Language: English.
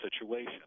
situation